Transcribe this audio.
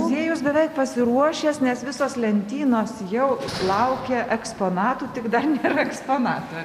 muziejus beveik pasiruošęs nes visos lentynos jau laukia eksponatų tik dar nėra eksponatų ar